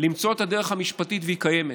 למצוא את הדרך המשפטית, והיא קיימת,